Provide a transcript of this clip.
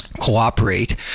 cooperate